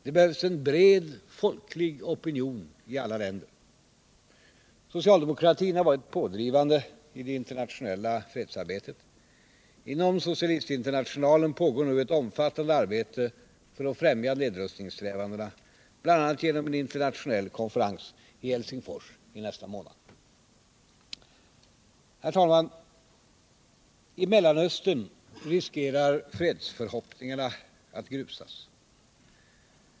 Det behövs en bred folklig opinion i alla länder. Socialdemokratin har varit pådrivande i det internationella fredsarbetet. Inom socialistinternationalen pågår nu ett omfattande arbete för att främja nedrustningssträvandena, bl.a. genom en internationell konferens i Helsingfors nästa månad. Herr talman! I Mellanöstern riskerar fredsförhoppningarna att grusas.